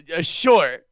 Sure